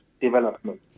development